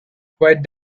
quiet